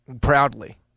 Proudly